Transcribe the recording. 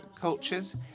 cultures